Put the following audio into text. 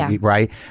right